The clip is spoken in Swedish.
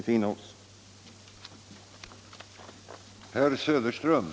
Och för detta krävs positiva åtgärder.